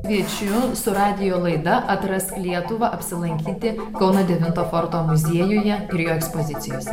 kviečiu su radijo laida atrask lietuvą apsilankyti kauno devinto forto muziejuje ir jo ekspozicijose